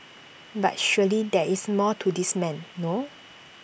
but surely there is more to this man no